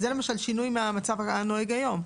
למשל שינוי מהמצב הנוהג היום.